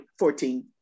14